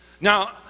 Now